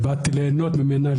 באתי ליהנות ממנה,